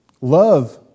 Love